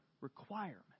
requirement